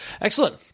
Excellent